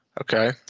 Okay